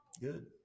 good